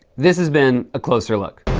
this has been a closer look.